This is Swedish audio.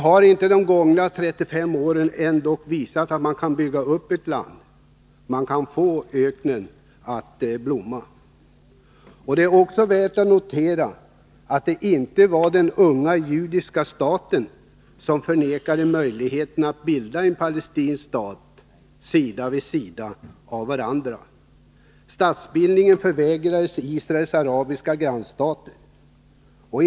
Har inte de gångna 35 åren ändock visat att man kan bygga upp ett land och att man kan få öknen att blomma? Det är värt att notera att det inte var den unga judiska staten som förnekade möjligheten av att bilda en palestinsk stat vid sidan av den judiska. Statsbildningen förvägrades Israels arabiska grannar.